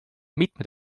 mitmeid